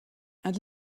and